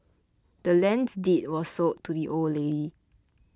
the land's deed was sold to the old lady